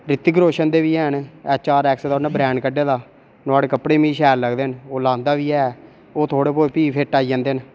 ऋतिक रोशन दे बी हैन एचएचआरएस दा उन्ने ब्रांड कड्ढे दा नुहाड़े कपड़े बी मिगी शैल लगदे न ओह् लांदा बी ऐ ओह् थोह्ड़े बहुत भी फिट आई जंदे न